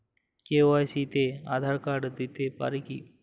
KYC তে Aadhaar card দিতে পারি কি?